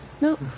Nope